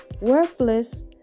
worthless